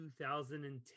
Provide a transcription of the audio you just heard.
2010